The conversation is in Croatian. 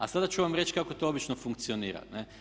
A sada ću vam reći kako to obično funkcionira.